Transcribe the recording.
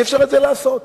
אי-אפשר את זה לעשות.